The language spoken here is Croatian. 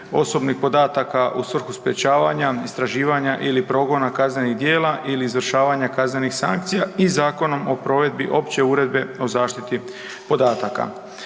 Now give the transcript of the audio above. osobnih podataka u svrhu sprječavanja, istraživanja ili progona kaznenih djela ili izvršavanja kaznenih sankcija i Zakona o provedbi Opće uredbe o zaštiti podataka.